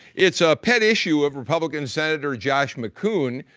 it's a pet issue of republican senator josh mckuhn.